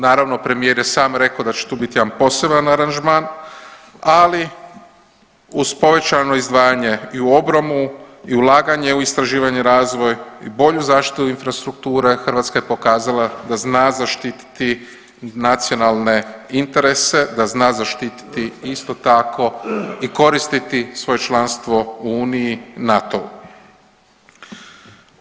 Naravno premijer je sam rekao da će tu biti jedan poseban aranžman, ali uz povećano izdvajanje i u obranu i ulaganje u istraživanje i razvoj, bolju zaštitu infrastrukture Hrvatska je pokazala da zna zaštititi nacionalne interese, da zna zaštititi isto tako i koristiti svoje članstvo u Uniji i NATO-u.